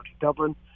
Dublin